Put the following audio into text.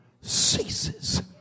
ceases